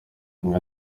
yagize